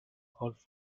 golf